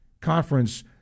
Conference